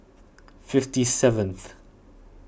fifty seventh